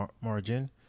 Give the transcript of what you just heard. margin